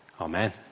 Amen